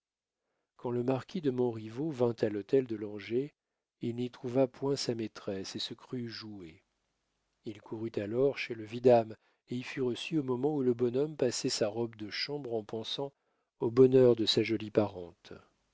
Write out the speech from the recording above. quand le marquis de montriveau vint à l'hôtel de langeais il n'y trouva point sa maîtresse et se crut joué il courut alors chez le vidame et y fut reçu au moment où le bonhomme passait sa robe de chambre en pensant au bonheur de sa jolie parente